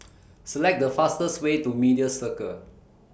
Select The fastest Way to Media Circle